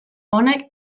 honek